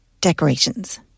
Decorations